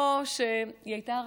או שהיא הייתה רכלנית,